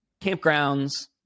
campgrounds